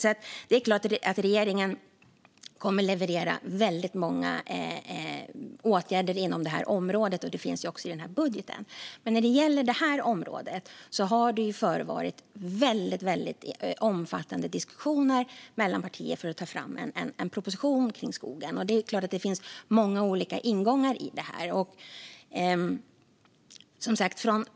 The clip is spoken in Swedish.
Det är alltså klart att regeringen kommer att leverera väldigt många åtgärder inom detta område, och det finns också med i budgeten. Men när det gäller detta område har det varit väldigt omfattande diskussioner mellan olika partier för att ta fram en proposition om skogen. Och det är klart att det finns många olika ingångar i detta.